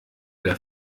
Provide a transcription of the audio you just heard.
der